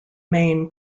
main